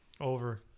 Over